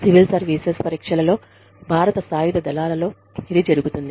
civil services పరీక్షలలో భారత సాయుధ దళాలలో ఇది జరుగుతుంది